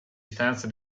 stanza